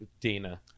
Dana